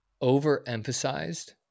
overemphasized